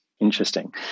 Interesting